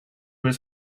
his